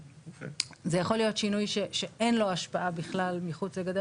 זה יכול להיות שינוי שאין לו השפעה בכלל מחוץ לגדר